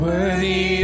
Worthy